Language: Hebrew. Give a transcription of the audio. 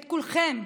את כולכם,